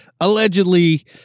allegedly